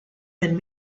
been